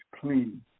clean